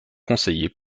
conseiller